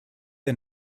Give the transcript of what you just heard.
der